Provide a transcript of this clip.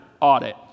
audit